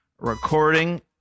recording